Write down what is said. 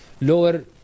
lower